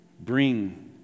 bring